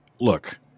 Look